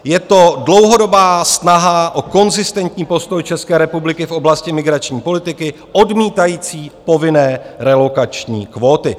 Je to dlouhodobá snaha o konzistentní postoj České republiky v oblasti migrační politiky odmítající povinné relokační kvóty.